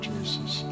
Jesus